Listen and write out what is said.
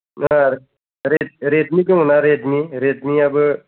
नोङा आरो रेडमि दङना रेडमि रेडमिआबो